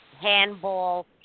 handball